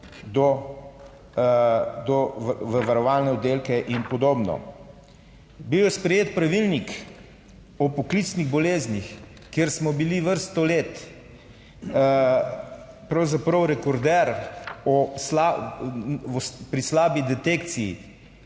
v varovane oddelke in podobno. Bil je sprejet pravilnik o poklicnih boleznih, kjer smo bili vrsto let pravzaprav rekorder pri slabi detekciji